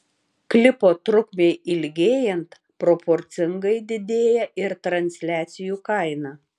klipo trukmei ilgėjant proporcingai didėja ir transliacijų kaina